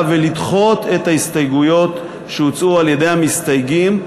ולדחות את ההסתייגויות שהוצעו על-ידי המסתייגים,